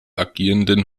agierenden